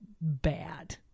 bad